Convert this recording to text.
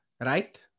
right